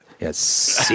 Yes